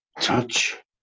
touch